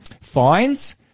fines